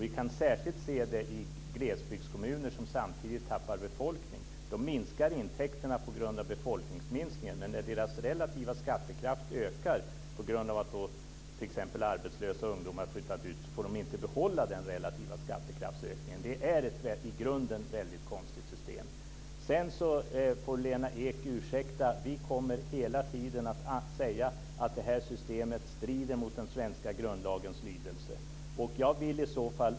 Vi kan särskilt se det i glesbygdskommuner som samtidigt tappar befolkning. Då minskar intäkterna på grund av befolkningsminskningen. Men när deras relativa skattekraft ökar, t.ex. på grund av att arbetslösa ungdomar har flyttat ut, får de inte behålla den relativa skattekraftsökningen. Det är ett i grunden väldigt konstigt system. Lena Ek får ursäkta, men vi kommer hela tiden att säga att det här systemet strider mot den svenska grundlagens lydelse.